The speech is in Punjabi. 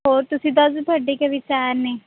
ਹੋਰ ਤੁਸੀਂ ਦੱਸ ਦਿਉ ਤੁਹਾਡੇ ਕੀ ਵਿਚਾਰ ਨੇ